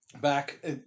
back